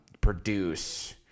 produce